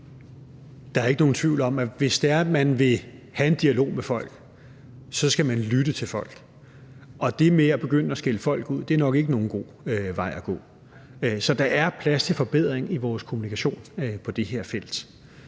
Der er ikke nogen tvivl om, at man, hvis man vil have en dialog med folk, så skal lytte til dem. Og det med at begynde at skælde folk ud er nok ikke nogen god vej at gå. Så der er plads til forbedring i vores kommunikation på det her felt.